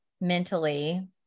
mentally